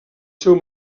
seu